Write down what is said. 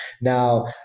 Now